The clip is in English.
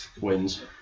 wins